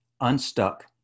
unstuck